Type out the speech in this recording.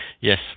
yes